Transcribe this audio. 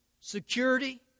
security